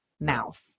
mouth